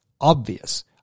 obvious